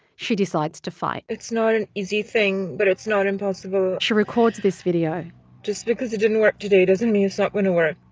she decides to fight it's not an easy thing, but it's not impossible she records this video just because it didn't work today doesn't mean it's not going to work.